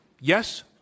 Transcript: Yes